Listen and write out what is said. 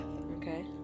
Okay